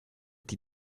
die